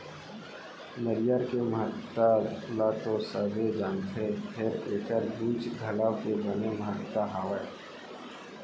नरियर के महत्ता ल तो सबे जानथें फेर एकर बूच घलौ के बने महत्ता हावय